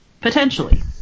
Potentially